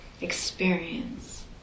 experience